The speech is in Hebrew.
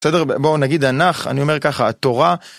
בסדר? בואו נגיד ה-נ"ך... אני אומר ככה, התורה...